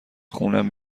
خونم